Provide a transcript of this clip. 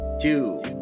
two